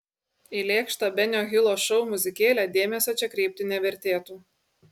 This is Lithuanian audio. į lėkštą benio hilo šou muzikėlę dėmesio čia kreipti nevertėtų